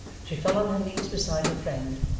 she fell on her knees beside her friend,